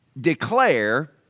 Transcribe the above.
declare